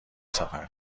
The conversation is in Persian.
سفر